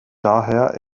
daher